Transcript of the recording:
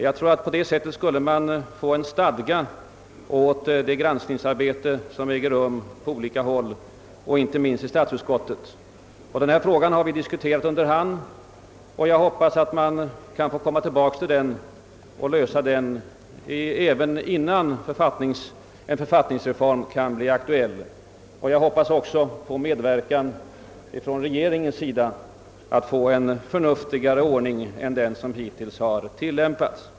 Jag tror att man på det sättet skulle ge stadga åt det granskningsarbete som äger rum på olika håll, inte minst i statsutskottet. Denna fråga har vi diskuterat under hand, och jag hoppas att vi kan få komma tillbaka till den och lösa problemet även innan en författningsreform kan bli aktuell. Jag hoppas också på medverkan från regeringen för att få en förnuftigare ordning än den som hittills har tillämpats.